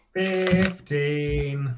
fifteen